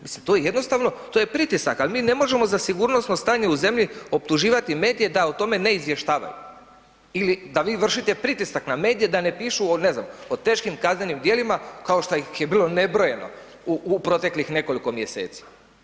Mislim to je pritisak, ali mi ne možemo za sigurnosno stanje u zemlji optuživati medije da o tome ne izvještavaju ili da vi vršite pritisak na medije da ne pišu, o ne znam, o teškim kaznenim djelima kao što ih je bilo nebrojeno u proteklih nekoliko mjeseci.